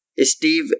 Steve